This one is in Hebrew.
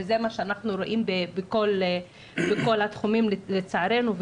וזה מה שאנחנו רואים בכל התחומים לצערנו,